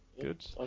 good